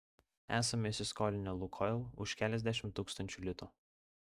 esame įsiskolinę lukoil už keliasdešimt tūkstančių litų